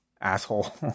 asshole